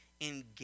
engage